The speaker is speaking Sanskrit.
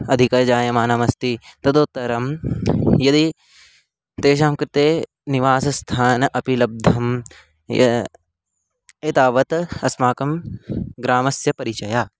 अधिका जायमाना अस्ति तदुत्तरं यदि तेषां कृते निवासस्थानम् अपि लब्धं य एतावत् अस्माकं ग्रामस्य परिचयः